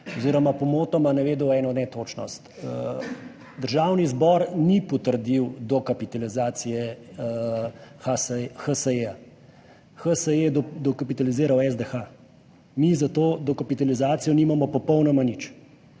oziroma pomotoma, navedel eno netočnost. Državni zbor ni potrdil dokapitalizacije HSE. HSE je dokapitaliziral SDH. Mi s to dokapitalizacijo nimamo popolnoma nič.